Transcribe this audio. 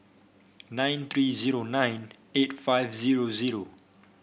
nine three zero nine eight five zero zero